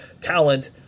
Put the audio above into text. talent